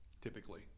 typically